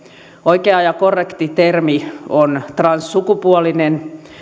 oikea ja korrekti termi on transsukupuolinen